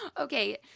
Okay